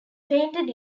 painted